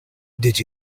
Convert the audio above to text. did